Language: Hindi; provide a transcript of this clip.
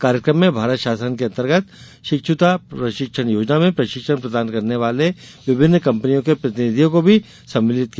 कार्यकम में भारत शासन के अंतर्गत शिक्षुता प्रशिक्षण योजना में प्रशिक्षण प्रदान करने वाले विभिन्न कंपनियों के प्रतिनिधियों को भी सम्मानित किया